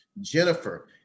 Jennifer